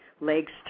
legs